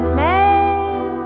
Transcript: man